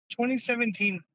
2017